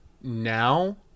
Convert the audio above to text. now